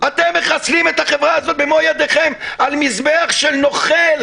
אתם מחסלים את החברה הזאת במו ידיכם על מזבח של נוכל,